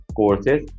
courses